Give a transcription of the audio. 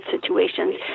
situations